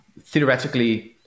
theoretically